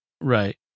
Right